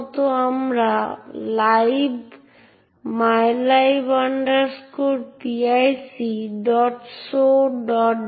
তাই এখানে লগইন প্রক্রিয়াটি সুপার ইউজার বিশেষাধিকারের সাথে কার্যকর করা হলেও যখন এটি প্রকৃতপক্ষে এটি তুলনা করে এবং সফলভাবে ব্যবহারকারীকে প্রমাণীকরণ করে এটি প্রসেসকে ফর্ক করে